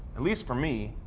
at least for me,